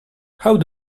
how